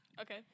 Okay